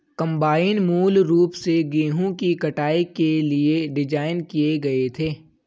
combine मूल रूप से गेहूं की कटाई के लिए डिज़ाइन किए गए थे